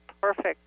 perfect